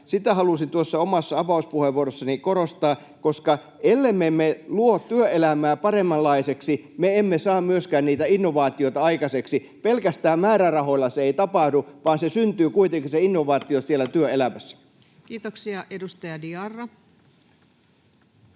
sitä halusin tuossa omassa avauspuheenvuorossani korostaa. Ellemme me luo työelämää paremmanlaiseksi, me emme saa myöskään niitä innovaatioita aikaiseksi. Pelkästään määrärahoilla se ei tapahdu, vaan se innovaatio syntyy kuitenkin siellä työelämässä. Kiitoksia. — Edustaja Diarra.